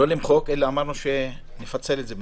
לא למחוק, אמרנו שנפצל את זה בינתיים.